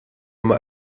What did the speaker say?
imma